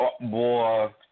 Boy